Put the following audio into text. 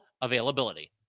availability